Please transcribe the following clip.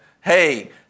hey